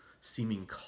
seeming